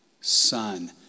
son